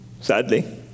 Sadly